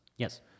Yes